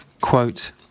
Quote